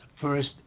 first